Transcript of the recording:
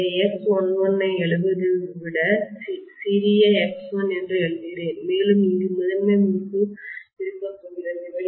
எனவே X11 ஐ எழுதுவதை விட நான் இதை சிறிய x1 என்று எழுதுகிறேன் மேலும் இங்கு முதன்மை முறுக்கு இருக்கப்போகிறது